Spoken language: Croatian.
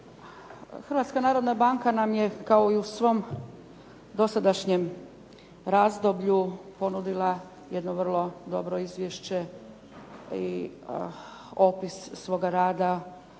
Hrvatska narodna banka nam je kao i dosadašnjem razdoblju ponudila jedno vrlo dobro izvješće i opis svoga rada